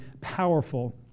powerful